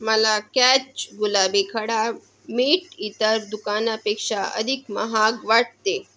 मला कॅच गुलाबी खडा मीठ इतर दुकानापेक्षा अधिक महाग वाटते